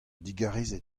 digarezit